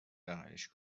بغلش